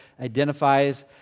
identifies